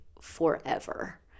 forever